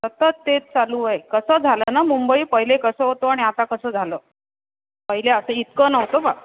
सतत तेच चालू आहे कसं झालं ना मुंबई पहिले कसं होतो आणि आता कसं झालं पहिले असं इतकं नव्हतं बा